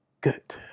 good